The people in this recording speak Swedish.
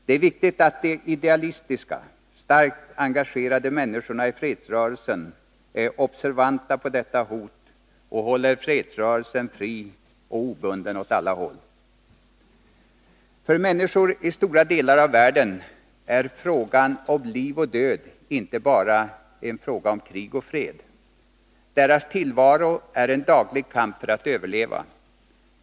Det är viktigt att de idealistiska, starkt engagerade människorna i fredsrörelsen är observanta på detta hot och håller fredsrörelsen fri och obunden åt alla håll. För människor i stora delar av världen är frågan om liv och död inte bara en fråga om krig och fred. Deras tillvaro är en daglig kamp för att överleva.